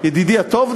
ידידי הטוב,